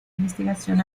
investigación